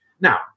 now